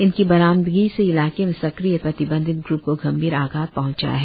इनकी बरामदगी से इलाके में सक्रिय प्रतिबंधित ग्र्प को गंभीर आघात पहंचा हैं